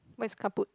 where's car put